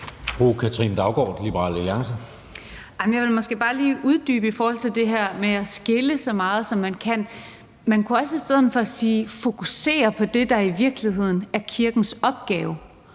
Jeg vil måske bare lige uddybe i forhold til det med at skille så meget ad, som man kan. Men kunne også i stedet for sige, at vi vil fokusere på det, der i virkeligheden er kirkens opgave.